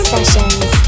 Sessions